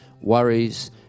worries